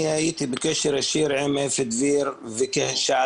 אני הייתי בקשר ישיר עם אפי דביר כשעלה